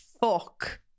Fuck